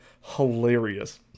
hilarious